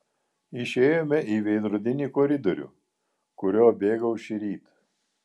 išėjome į veidrodinį koridorių kuriuo bėgau šįryt